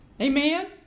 amen